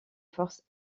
forces